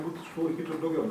būt sulaikytų ir daugiau